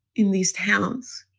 in these towns,